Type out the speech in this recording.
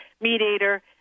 mediator